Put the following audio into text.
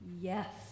Yes